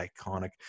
iconic